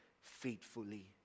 faithfully